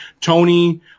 tony